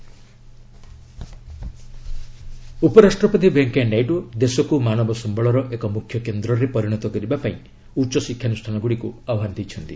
VP human resource ଉପରାଷ୍ଟ୍ରପତି ଭେଙ୍କୟା ନାଇଡୁ ଦେଶକୁ ମାନବ ସମ୍ଭଳର ଏକ ମୁଖ୍ୟ କେନ୍ଦ୍ରରେ ପରିଣତ କରିବା ପାଇଁ ଉଚ୍ଚ ଶିକ୍ଷାନୁଷ୍ଠାନ ଗୁଡ଼ିକୁ ଆହ୍ପାନ ଦେଇଛନ୍ତି